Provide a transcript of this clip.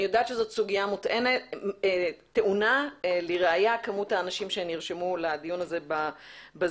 אני יודעת שזאת סוגיה טעונה ולראיה כמות האנשים שנרשמו לדיון הזה ב-זום.